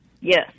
Yes